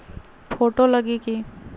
Photo लगी कि?